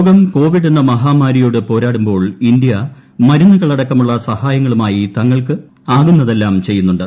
ലോകം കോവിഡ് എന്ന മഹാമാരിയോട് പോരാടുമ്പോൾ ഇന്ത്യ മരുന്നുകളടക്കമുള്ള സഹായങ്ങളുമായി തങ്ങൾക്ക് ആകുന്നതെല്ലാം ചെയ്യുന്നുണ്ട്